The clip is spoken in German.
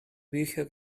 bücher